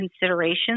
considerations